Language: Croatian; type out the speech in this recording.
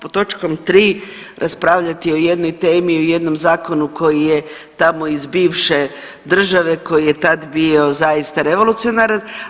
Pod točkom tri raspravljati o jednoj temi, o jednom zakonu koji je tamo iz bivše države koji je tad bio zaista revolucionaran.